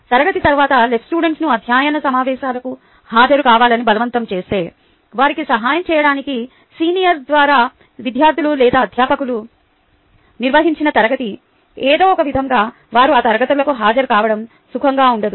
తరగతి తరువాత LSను అధ్యయన సమావేశాలకు హాజరుకావాలని బలవంతం చేస్తే వారికి సహాయం చేయడానికి సీనియర్ విద్యార్థులు లేదా అధ్యాపకులు నిర్వహించిన తరగతి ఏదో ఒకవిధంగా వారు ఆ తరగతులకు హాజరుకావడం సుఖంగా ఉండదు